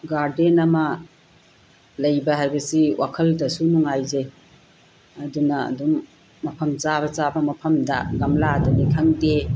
garden ꯑꯃ ꯂꯩꯕ ꯍꯥꯏꯕꯁꯤ ꯋꯥꯈꯜꯇꯁꯨ ꯅꯨꯡꯉꯥꯏꯖꯩ ꯑꯗꯨꯅ ꯑꯗꯨꯝ ꯃꯐꯝ ꯆꯥꯕ ꯆꯥꯕ ꯃꯐꯝꯗ ꯒꯝꯂꯥꯗꯅꯤ ꯈꯪꯗꯦ